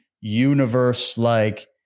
universe-like